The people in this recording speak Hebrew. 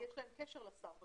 כי יש להם קשר לשר.